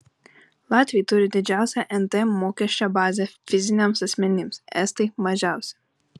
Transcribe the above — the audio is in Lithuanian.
latviai turi didžiausią nt mokesčio bazę fiziniams asmenims estai mažiausią